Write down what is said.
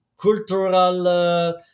cultural